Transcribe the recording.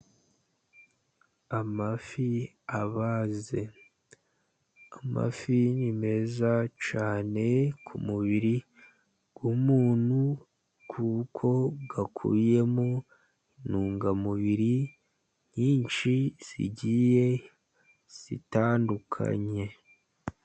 Amafi abaze. Amafi ni meza cyane ku mubiri w'umuntu, kuko akubiyemo intungamubiri nyinshi, zigiye zitandukanye.